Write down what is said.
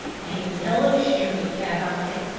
a yellow streak, have i?